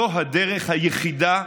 זו הדרך היחידה,